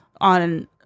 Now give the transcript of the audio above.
on